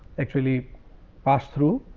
actually passed through.